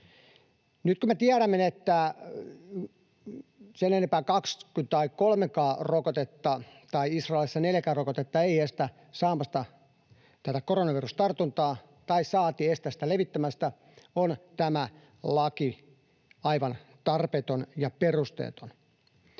Nyt kun me tiedämme, että sen enempää kaksi kuin kolmekaan rokotetta, tai Israelissa neljäkään rokotetta, ei estä saamasta koronavirustartuntaa saati estä sitä levittämästä, on tämä laki aivan tarpeeton ja perusteeton.